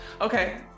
okay